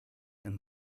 and